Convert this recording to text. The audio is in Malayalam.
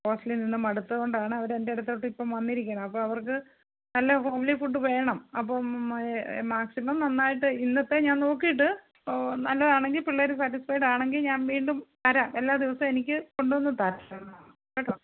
ഹോസ്റ്റലിൽ നിന്നും മടുത്തതുകൊണ്ടാണ് അവർ എൻ്റെ അടുത്തോട്ട് ഇപ്പം വന്നിരിക്കുന്നത് അപ്പോൾ അവർക്ക് നല്ല ഹോംലി ഫുഡ് വേണം അപ്പം മാക്സിമം നന്നായിട്ട് ഇന്നത്തെ ഞാൻ നോക്കിയിട്ട് നല്ലതാണെങ്കിൽ പിള്ളേർ സാറ്റിസ്ഫൈഡ് ആണെങ്കിൽ ഞാൻ വീണ്ടും വരാം എല്ലാ ദിവസവും എനിക്ക് ഫുഡ് ഒന്ന് തരണം കേട്ടോ